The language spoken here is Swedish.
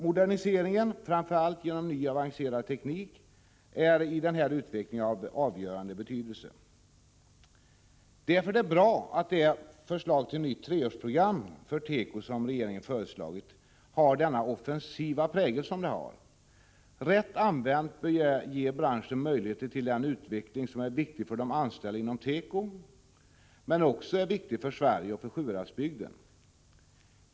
Moderniseringen, framför allt genom ny och avancerad teknik, är av avgörande betydelse. Därför är det bra att det förslag till nytt treårsprogram för teko som regeringen lagt fram har den offensiva prägel som det har. Rätt använt bör det ge branschen möjligheter till en utveckling som är bra för de anställda inom teko och som också är viktig för Sverige och för Sjuhäradsbygden.